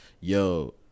yo